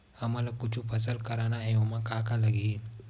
हमन ला कुछु फसल करना हे ओमा का का लगही?